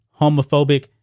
homophobic